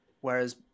Whereas